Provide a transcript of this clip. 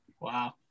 Wow